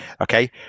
okay